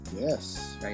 Yes